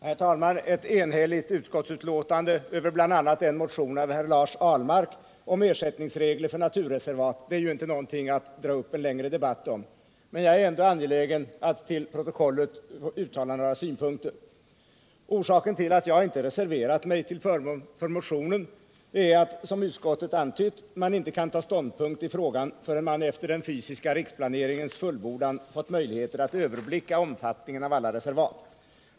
Herr talman! Ett enhälligt utskottsutlåtande över bl.a. en motion av Lars Ahlmark om ersättningsregler för naturreservat är inte något att dra upp en längre debatt om, men jag är ändå angelägen att till protokollet uttala några synpunkter. Orsaken till att jag inte reserverat mig till förmån för motionen är att — som utskottet antytt — man inte kan ta ståndpunkt i frågan, förrän man efter den fysiska riksplaneringens fullbordan fått möjligheter att överblicka omfattningen av alla reservat.